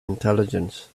intelligence